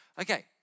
okay